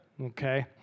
Okay